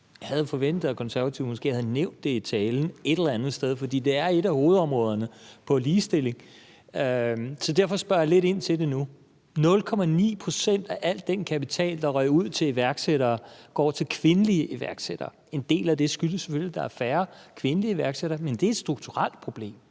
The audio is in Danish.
Jeg havde forventet, at Konservatives ordfører måske havde nævnt det et eller andet sted i talen, for det er et hovedområde inden for ligestilling. Derfor spørger jeg lidt ind til det nu. 0,9 pct. af al den kapital, der ryger ud til iværksættere, går til kvindelige iværksættere. En del af det skyldes selvfølgelig, at der er færre kvindelige iværksættere, men det er et strukturelt problem.